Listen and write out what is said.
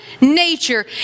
nature